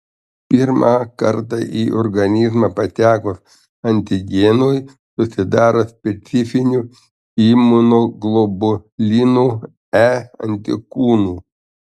pirmą kartą į organizmą patekus antigenui susidaro specifinių imunoglobulinų e antikūnų